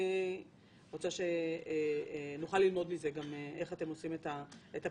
אני רוצה שנוכל ללמוד מזה איך אתם עושים את הפילוח.